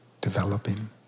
developing